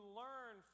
learn